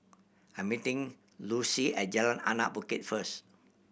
I meeting Lucie at Jalan Anak Bukit first